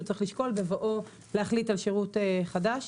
צריך לשקול בבואו להחליט על שירות חדש.